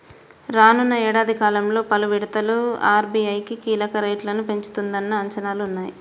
రానున్న ఏడాది కాలంలో పలు విడతలుగా ఆర్.బీ.ఐ కీలక రేట్లను పెంచుతుందన్న అంచనాలు ఉన్నాయి